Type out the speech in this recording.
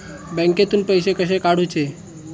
बँकेतून पैसे कसे काढूचे?